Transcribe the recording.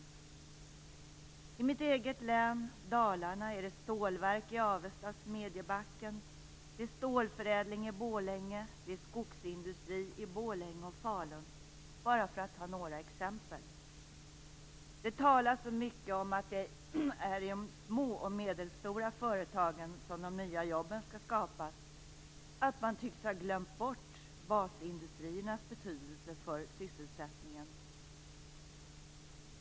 I mitt eget län, Dalarna, finns det stålverk i Avesta och Smedjebacken, stålförädling i Borlänge och skogsindustri i Borlänge och Falun, för att bara ta några exempel. Det talas så mycket om att det är i de små och medelstora företagen som de nya jobben skall skapas, men man tycks ha glömt bort basindustriernas betydelse för sysselsättningen.